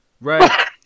Right